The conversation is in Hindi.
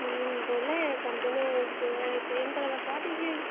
हम बोले कमरे में जो है क्रीम कलर लगवा दीजिए